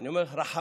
אני אומר לכם,